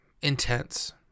intense